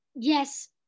Yes